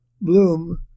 Bloom